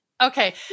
Okay